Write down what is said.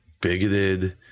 bigoted